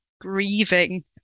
grieving